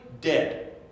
dead